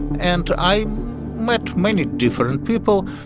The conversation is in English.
and i met many different people.